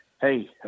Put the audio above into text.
Hey